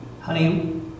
Honey